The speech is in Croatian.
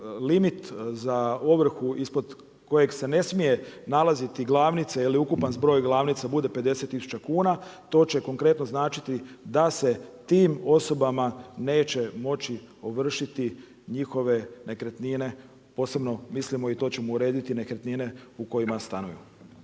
limit za ovrhu ispod kojeg se ne smije nalaziti glavnica ili ukupan zbroj glavnica bude 50 tisuća kuna to će konkretno značiti da se tim osobama neće moći ovršiti njihove nekretnine, posebno mislimo, i to ćemo urediti nekretnine u kojima stanuju.